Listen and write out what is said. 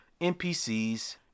NPCs